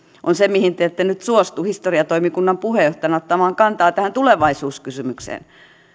on se mihin te te ette nyt suostu historiatoimikunnan puheenjohtajana ottamaan kantaa tähän tulevaisuuskysymykseen